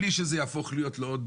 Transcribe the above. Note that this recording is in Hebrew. בלי שזה יהפוך להיות לעוד